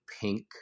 pink